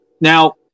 Now